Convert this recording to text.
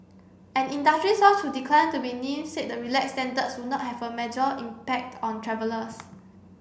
an industry source who declined to be named said the relaxed standards would not have a major impact on travellers